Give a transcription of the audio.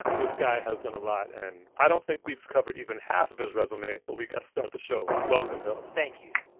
this guy has done a lot. and i don't think we've covered even half of his resume but we got to start the show. welcome, hill thank you